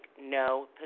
no